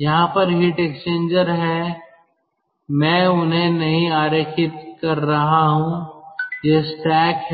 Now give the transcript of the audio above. यहां पर heat exchangers हैं मैं उन्हें नहीं आरेखित नहीं कर रहा हूं और यह स्टैक है